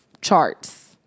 charts